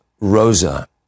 Rosa